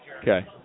Okay